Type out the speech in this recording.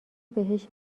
بهش